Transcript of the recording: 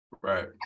Right